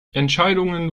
entscheidungen